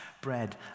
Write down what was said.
bread